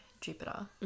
jupiter